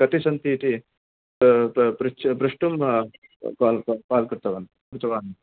कति सन्ति इति प्रछ् प्रष्टुं काल् काल् कृतवान् कृतवान्